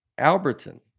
Alberton